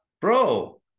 Bro